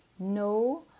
No